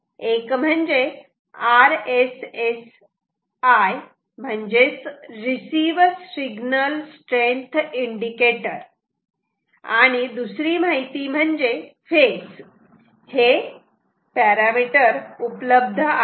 एक म्हणजे RSSI म्हणजेच रिसीव्ह सिग्नल स्ट्रेंग्थ इंडिकेटर आणि दुसरी माहिती म्हणजे फेज हे उपलब्ध आहे